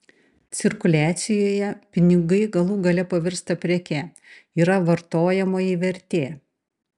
cirkuliacijoje pinigai galų gale pavirsta preke yra vartojamoji vertė